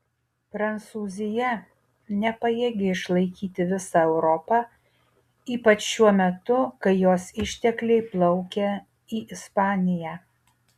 prancūzija nepajėgi išlaikyti visą europą ypač šiuo metu kai jos ištekliai plaukia į ispaniją